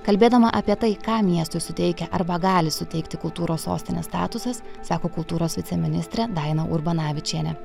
kalbėdama apie tai ką miestui suteikia arba gali suteikti kultūros sostinės statusas sako kultūros viceministrė daina urbonavičienė